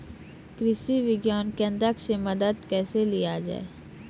कृषि विज्ञान केन्द्रऽक से मदद कैसे लिया जाय?